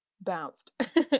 bounced